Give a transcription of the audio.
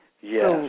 Yes